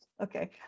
Okay